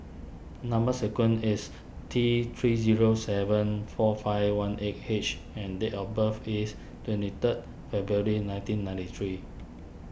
Number Sequence is T three zero seven four five one eight H and date of birth is twenty third February nineteen ninety three